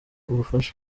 ubufasha